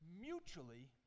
mutually